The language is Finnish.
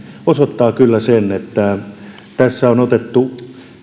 osoittaa kyllä sen että tässä on otettu